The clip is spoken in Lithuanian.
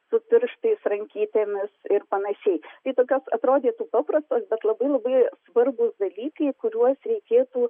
su pirštais rankytėmis ir panašiai tai tokios atrodytų paprastos bet labai labai svarbūs dalykai kuriuos reikėtų